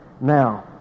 Now